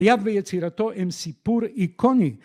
‫ויצירתו הם סיפור איקוני.